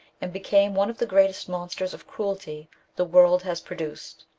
and became one of the greatest monsters of cruelty the world has produced.